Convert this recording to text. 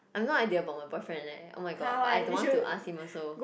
I have no idea about my boyfriend leh oh-my-god but I don't want to ask him also